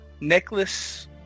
necklace